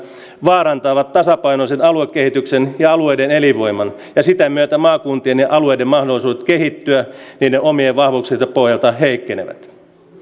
vaarantavat tasapainoisen aluekehityksen ja alueiden elinvoiman ja sitä myötä maakuntien ja alueiden mahdollisuudet kehittyä niiden omien vahvuuksien pohjalta